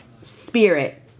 spirit